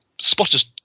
Spotter's